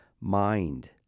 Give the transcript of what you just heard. mind